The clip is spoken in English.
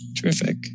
Terrific